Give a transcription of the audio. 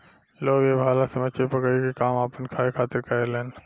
लोग ए भाला से मछली पकड़े के काम आपना खाए खातिर करेलेन